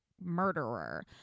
murderer